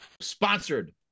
Sponsored